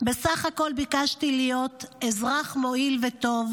בסך הכול ביקשתי להיות / אזרח מועיל וטוב